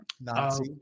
Nazi